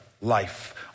life